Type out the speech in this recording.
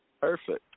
Perfect